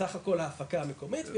במקום להפעיל את היחידות האלה --- למה?